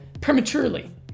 prematurely